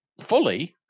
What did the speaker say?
fully